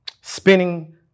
Spinning